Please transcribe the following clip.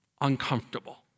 uncomfortable